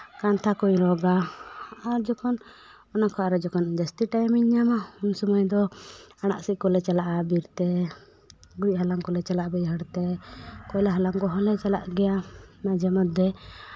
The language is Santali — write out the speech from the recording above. ᱠᱟᱱᱛᱷᱟ ᱠᱚ ᱧ ᱨᱚᱜᱟ ᱟᱨ ᱡᱚᱠᱷᱚᱱ ᱚᱱᱟ ᱠᱷᱚᱡ ᱟᱨᱚ ᱡᱚᱠᱷᱚᱱ ᱡᱟᱹᱥᱛᱤ ᱴᱟᱭᱤᱢᱤᱧ ᱧᱟᱢᱟ ᱩᱱ ᱥᱚᱢᱚᱭ ᱫᱚ ᱟᱲᱟᱜ ᱥᱤᱫ ᱠᱚᱞᱮ ᱪᱟᱞᱟᱜᱼᱟ ᱵᱤᱨᱛᱮ ᱦᱟᱞᱟᱝ ᱠᱚᱞᱮ ᱪᱟᱞᱟᱜᱼᱟ ᱵᱟᱹᱭᱦᱟᱹᱲ ᱛᱮ ᱠᱚᱞ ᱦᱟᱞᱟᱝ ᱠᱚᱦᱚᱸ ᱞᱮ ᱪᱟᱞᱟᱜ ᱜᱮᱭᱟ ᱢᱟᱡᱷᱮ ᱢᱚᱫᱽᱫᱷᱮ